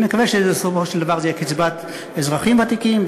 אני מקווה שבסופו של דבר זה יהיה קצבת אזרחים ותיקים,